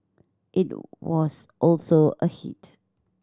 it was also a hit